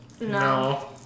no